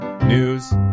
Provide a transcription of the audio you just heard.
news